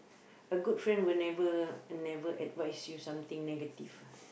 a good friend will never never advise you something negative